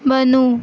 بنوں